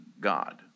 God